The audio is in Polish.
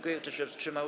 Kto się wstrzymał?